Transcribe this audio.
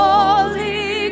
Holy